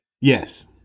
Yes